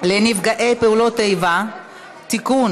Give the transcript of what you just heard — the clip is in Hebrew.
לנפגעי פעולות איבה (תיקון,